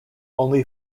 only